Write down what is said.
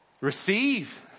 Receive